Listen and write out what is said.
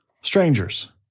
strangers